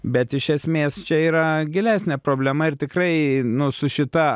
bet iš esmės čia yra gilesnė problema ir tikrai nu su šita